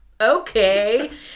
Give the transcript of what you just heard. okay